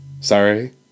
Sorry